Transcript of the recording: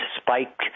spike